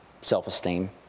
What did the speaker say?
Self-esteem